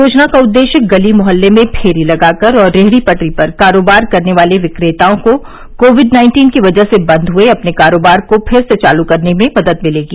योजना का उद्देश्य गली मोहल्ले में फेरी लगाकर और रेहड़ी पटरी पर कारोबार करने वाले विक्रेताओं को कोविड नाइन्टीन की वजह से बंद हुए अपने कारोबार को फिर से चालू करने में मदद मिलेगी